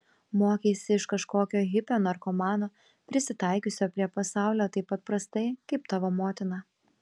mokeisi iš kažkokio hipio narkomano prisitaikiusio prie pasaulio taip pat prastai kaip tavo motina